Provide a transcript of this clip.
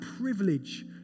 privilege